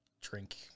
drink